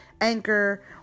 Anchor